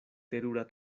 terura